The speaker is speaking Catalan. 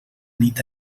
nit